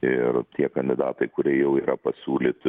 ir tie kandidatai kurie jau yra pasiūlyti